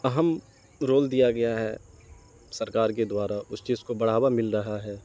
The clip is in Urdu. اہم رول دیا گیا ہے سرکار کے دوارا اس چیز کو بڑھاوا مل رہا ہے